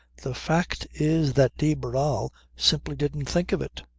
the fact is that de barral simply didn't think of it.